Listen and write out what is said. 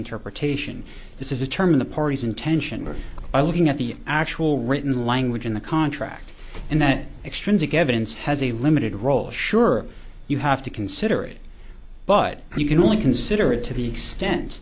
interpretation is to determine the party's intention or by looking at the actual written language in the contract and then extrinsic evidence has a limited role sure you have to consider it but you can only consider it to the extent